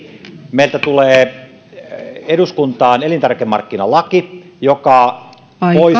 meiltä tulee eduskuntaan elintarvikemarkkinalaki joka